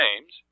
names